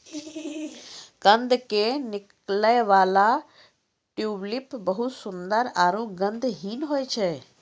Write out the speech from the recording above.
कंद के निकलै वाला ट्यूलिप बहुत सुंदर आरो गंधहीन होय छै